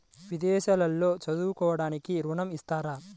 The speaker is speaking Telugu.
విదేశాల్లో చదువుకోవడానికి ఋణం ఇస్తారా?